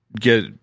get